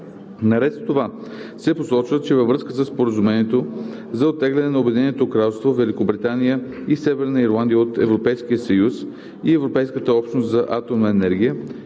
Наред с това се посочва, че във връзка със Споразумението за оттегляне на Обединеното кралство Великобритания и Северна Ирландия от Европейския съюз и Европейската общност за атомна енергия